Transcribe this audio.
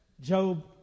Job